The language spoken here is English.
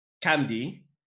Candy